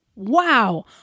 Wow